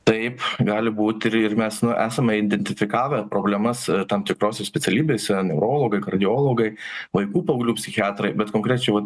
taip gali būt ir ir mes esame identifikavę problemas tam tikrose specialybėse neurologai kardiologai vaikų paauglių psichiatrai bet konkrečiai va